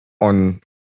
on